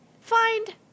find